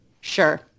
sure